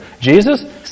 Jesus